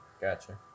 gotcha